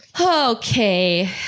Okay